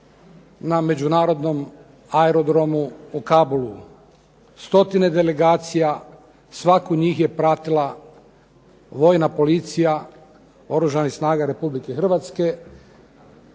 na Međunarodnom aerodromu u Kabulu. Stotine delegacija, svaku od njih je pratila Vojna policija Oružanih snaga RH, hrvatska